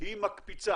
היא מקפיצה,